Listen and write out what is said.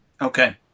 Okay